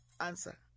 answer